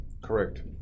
Correct